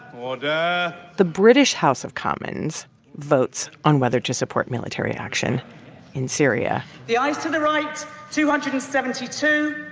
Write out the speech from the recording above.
order yeah the british house of commons votes on whether to support military action in syria the ayes to the right two hundred and seventy two.